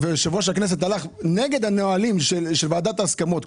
ויושב-ראש הכנסת הלך נגד הנהלים של ועדת ההסכמות,